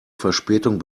verspätung